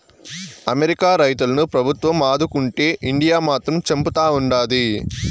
America రైతులను ప్రభుత్వం ఆదుకుంటే ఇండియా మాత్రం చంపుతా ఉండాది